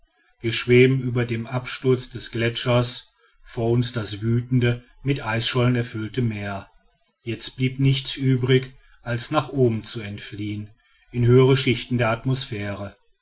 wir schweben über dem absturz des gletschers vor uns das wütende mit eisschollen erfüllte meer jetzt blieb nichts übrig als nach oben zu entfliehen in höhere schichten der atmosphäre